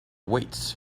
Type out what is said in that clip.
weights